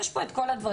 יש פה את כל הדברים,